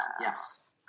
Yes